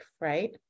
Right